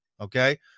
Okay